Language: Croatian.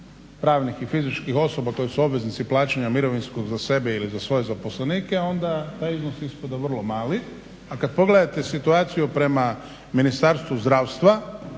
pravnih i fizičkih osoba koje su obveznici plaćanja mirovinskog za sebe ili za svoje zaposlenike onda taj iznos ispada vrlo mali. A kad pogledate situaciju prema Ministarstvu zdravstva